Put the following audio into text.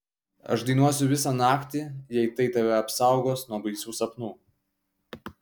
aš dainuosiu visą naktį jei tai tave apsaugos nuo baisių sapnų